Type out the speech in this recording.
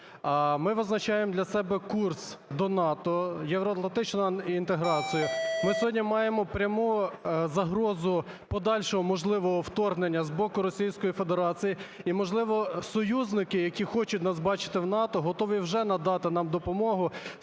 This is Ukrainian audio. ми визначаємо для себе курс до НАТО, євроатлантична інтеграція. Ми сьогодні маємо пряму загрозу подальшого можливого вторгнення з боку Російської Федерації, і, можливо, союзники, які хочуть нас бачити в НАТО, готові вже надати нам допомогу